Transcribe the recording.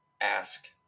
ask